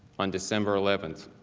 on december eleventh,